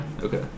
Okay